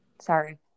sorry